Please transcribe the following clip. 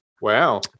Wow